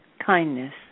Kindness